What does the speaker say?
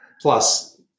plus